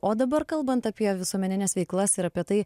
o dabar kalbant apie visuomenines veiklas ir apie tai